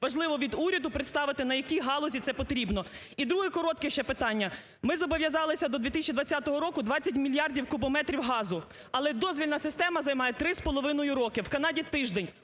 Важливо від уряду представити, на якій галузі це потрібно. І друге, коротке ще питання. Ми зобов'язалися до 2020 року 20 мільярдів кубометрів газу, але дозвільна система займає 3,5 роки, в Канаді – тиждень.